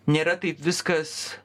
nėra taip viskas